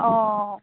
অঁ